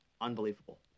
unbelievable